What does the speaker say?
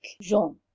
Jean